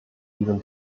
diesem